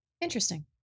Interesting